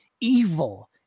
evil